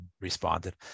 responded